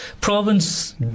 Province